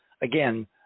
again